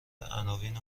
عناوین